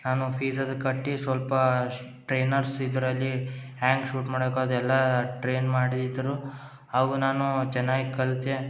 ನಾನು ಫೀಸ್ ಅದು ಕಟ್ಟಿ ಸ್ವಲ್ಪ ಟ್ರೈನರ್ಸ್ ಇದರಲ್ಲಿ ಹ್ಯಾಂಗೆ ಶೂಟ್ ಮಾಡಬೇಕು ಅದೆಲ್ಲಾ ಟ್ರೈನ್ ಮಾಡಿದರು ಹಾಗು ನಾನು ಚೆನ್ನಾಗಿ ಕಲ್ತೆ